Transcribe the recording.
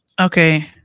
Okay